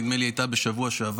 נדמה לי שהיא הייתה בשבוע שעבר.